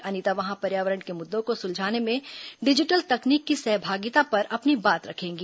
अनिता वहां पर्यावरण के मुद्दों को सुलझाने में डिजिटल तकनीक की सहभागिता पर अपनी बात रखेंगी